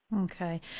Okay